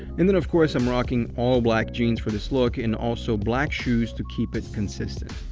and then, of course, i'm rocking all black jeans for this look, and also, black shoes to keep it consistent.